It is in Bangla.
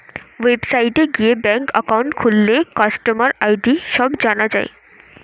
ওয়েবসাইটে গিয়ে ব্যাঙ্ক একাউন্ট খুললে কাস্টমার আই.ডি সব জানা যায়